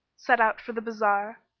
set out for the bazar,